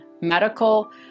medical